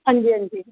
हां जी हां जी